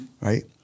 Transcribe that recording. right